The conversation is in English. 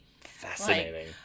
fascinating